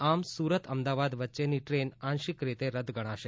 આમ સુરત અમદાવાદ વચ્ચેની ટ્રેન આંશિક રીતે રદ ગણાશે